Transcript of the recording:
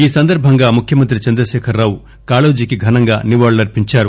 ఈ సందర్బంగా ముఖ్యమంత్రి చంద్రశేఖరరావు కాళోజీకి ఘనంగా నివాళులర్పించారు